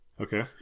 Okay